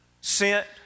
sent